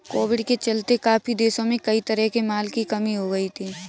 Covid के चलते काफी देशों में कई तरह के माल की कमी हो गई थी